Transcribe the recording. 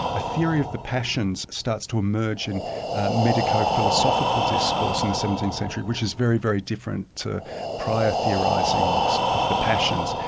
a theory of the passions starts to emerge in medio-philosophical discourse in the seventeenth century which is very, very different to prior theorisings of the passions.